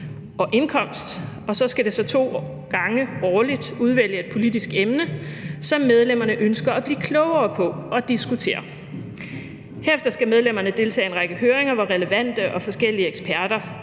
og indkomst, og så skal det så to gange årligt udvælge et politisk emne, som medlemmerne ønsker at blive klogere på og diskutere. Herefter skal medlemmerne deltage i en række høringer, hvor relevante og forskellige eksperter